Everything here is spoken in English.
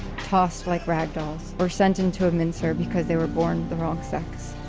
tossed like ragdolls, or sent into a mincer because they were born the wrong sex.